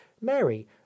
Mary